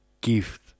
gift